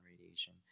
radiation